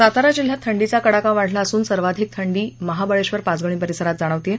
सातारा जिल्ह्यात थंडीचा कडाका वाढला असून सर्वाधिक थंडी महाबळेश्वर पाचगणी परिसरात जाणवत आहे